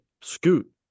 Scoot